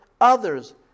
others